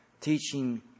teaching